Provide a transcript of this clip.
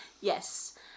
Yes